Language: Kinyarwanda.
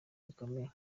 gikomeye